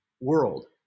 world